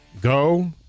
go